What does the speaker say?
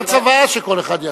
אפשר צוואה שכל אחד יעשה.